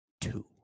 Two